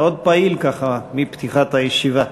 מאוד פעיל מפתיחת הישיבה.